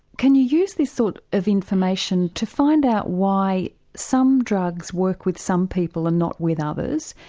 can you use this sort of information to find out why some drugs work with some people and not with others?